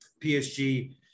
PSG